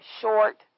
short